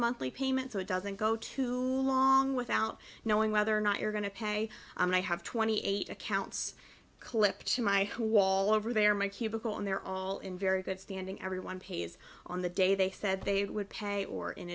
monthly payment so it doesn't go too long without knowing whether or not you're going to pay and i have twenty eight accounts clipped to my home wall over there my cubicle and they're all in very good standing everyone pays on the day they said they would pay or in